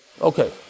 okay